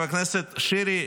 חבר הכנסת שירי,